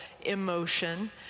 emotion